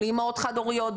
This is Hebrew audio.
לאמהות חד הוריות,